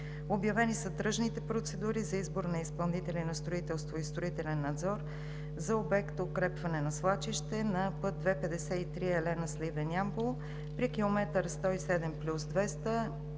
Обявени са тръжните процедури за избор на изпълнителя за строителство и строителен надзор на обекта: „Укрепване на свлачището на път II-53 Елена – Сливен – Ямбол при км 107+200,